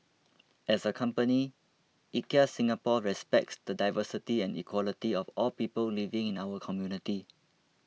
as a company IKEA Singapore respects the diversity and equality of all people living in our community